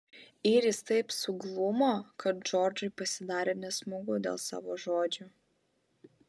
iris taip suglumo kad džordžui pasidarė nesmagu dėl savo žodžių